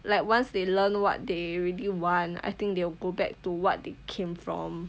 like once they learn what they really want I think they will go back to what they came from